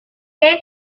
del